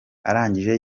arangije